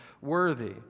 worthy